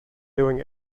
doing